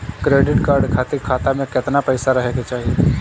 Credit card खातिर खाता में केतना पइसा रहे के चाही?